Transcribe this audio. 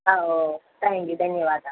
ओ thank you धन्यवादः